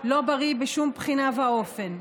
לא בריא בשום בחינה ואופן.